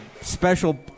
special